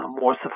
more